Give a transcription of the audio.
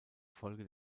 folge